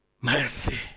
mercy